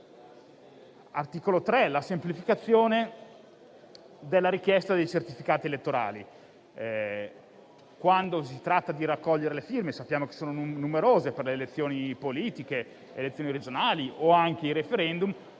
riguarda la semplificazione della richiesta dei certificati elettorali. Quando si tratta di raccogliere le firme - sappiamo che sono numerose per le elezioni politiche, le elezioni regionali o anche i *referendum*